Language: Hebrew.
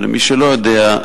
אבל למי שלא יודע,